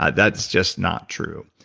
ah that's just not true.